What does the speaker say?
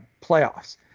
playoffs